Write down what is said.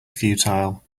futile